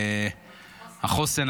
החוסן.